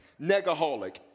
negaholic